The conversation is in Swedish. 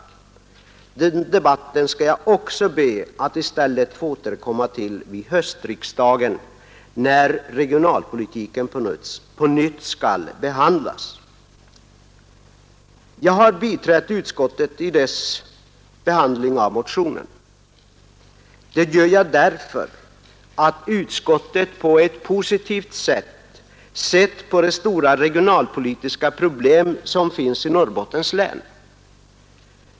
Också den debatten skall jag be att i stället få återkomma till vid höstriksdagen, när regionalpolitiken på nytt skall behandlas. Jag har biträtt utskottet i dess ställningstagande till motionen, och det har jag gjort därför att utskottet på ett positivt sätt sett på de stora regionalpolitiska problem som finns i Norrbottens län.